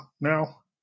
now